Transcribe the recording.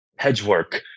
hedgework